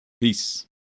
Peace